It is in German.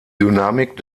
dynamik